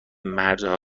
مرزها